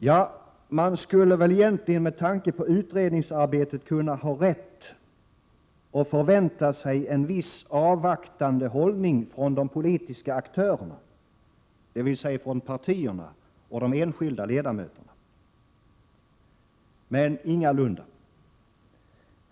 Ja, man skulle väl egentligen med tanke på utredningsarbetet kunna ha rätt att förvänta sig en viss avvaktande hållning från de politiska aktörerna, partierna och de enskilda ledamöterna. Men ingalunda!